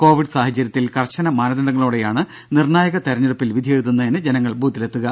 Covid സാഹചര്യത്തിൽ കർശന മാനദണ്ഡങ്ങളോടെയാണ് നിർണായക തെരഞ്ഞെടുപ്പിൽ വിധിയെഴുതുന്നതിന് ജനങ്ങൾ ബൂത്തിലെത്തുക